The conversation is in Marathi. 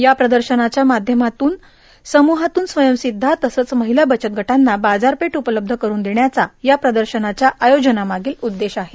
या प्रदर्शनाच्या माध्यमातून समुहातून स्वयंसिद्ध तसंच महिला बचतगटांना बाजारपेठ उपलब्ध करून देण्याचा या प्रदर्शनाच्या आयोजनामागील उद्देश आहे